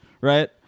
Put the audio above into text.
Right